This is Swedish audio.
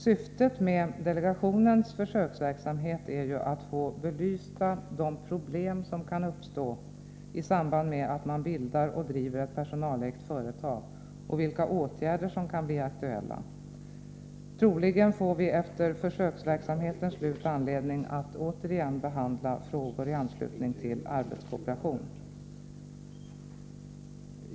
Syftet med delegationens försöksverksamhet är att få belysta de problem som kan uppstå i samband med att man bildar och driver ett personalägt företag och vilka åtgärder som kan bli aktuella. Troligen får vi efter det att försöksverksamheten avslutats anledning att återigen behandla frågor i anslutning till arbetskooperation.